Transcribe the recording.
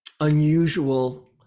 unusual